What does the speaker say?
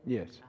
Yes